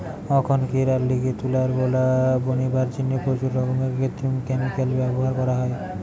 অখনকিরার দিনে তুলার গোলা বনিবার জিনে প্রচুর রকমের কৃত্রিম ক্যামিকাল ব্যভার করা হয়